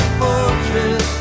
fortress